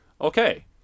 okay